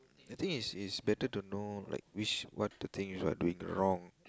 the thing is is better to know like which what the thing is what doing wrong